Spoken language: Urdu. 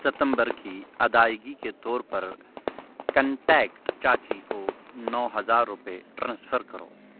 ستمبر کی ادائیگی کے طور پر کنٹیکٹ چاچی کو نو ہزار روپے ٹرانسفر کرو